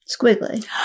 Squiggly